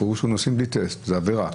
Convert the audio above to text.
המשמעות שנוסעים בלי טסט וזו עבירה.